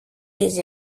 des